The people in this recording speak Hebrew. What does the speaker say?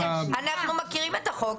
אנחנו מכירים את החוק.